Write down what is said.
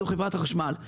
זאת חברת החשמל.